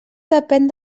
depèn